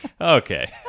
okay